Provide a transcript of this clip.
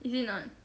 is it not